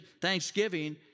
thanksgiving